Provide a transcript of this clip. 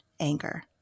anger